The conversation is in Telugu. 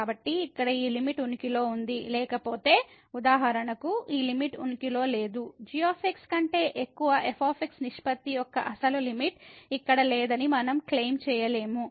కాబట్టి ఇక్కడ ఈ లిమిట్ ఉనికిలో ఉంది లేకపోతే ఉదాహరణకు ఈ లిమిట్ ఉనికిలో లేదు g కంటే ఎక్కువ f నిష్పత్తి యొక్క అసలు లిమిట్ ఇక్కడ లేదని మనం క్లెయిమ్ చేయలేము